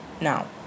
Now